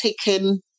taken